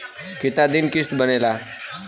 कितना दिन किस्त बनेला?